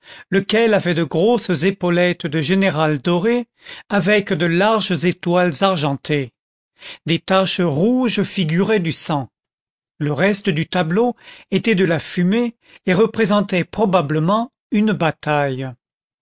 lequel avait de grosses épaulettes de général dorées avec de larges étoiles argentées des taches rouges figuraient du sang le reste du tableau était de la fumée et représentait probablement une bataille